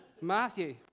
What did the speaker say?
Matthew